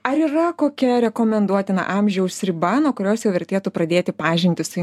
ar yra kokia rekomenduotina amžiaus riba nuo kurios jau vertėtų pradėti pažintį su